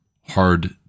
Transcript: hard